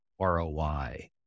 ROI